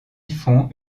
font